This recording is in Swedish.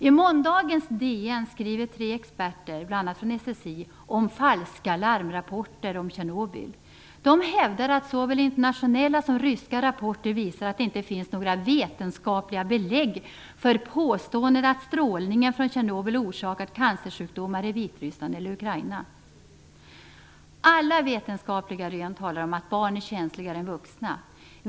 I måndagens DN skriver tre experter, bl.a. från SSI, om falska larmrapporter om Tjernobyl. De hävdar att såväl internationella som ryska rapporter visar att det inte finns några vetenskapliga belägg för påståenden om att strålningen från Tjernobyl orsakat cancersjukdomar i Vitryssland eller Ukraina. Alla vetenskapliga rön talar om att barn är känsligare än vuxna.